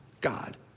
God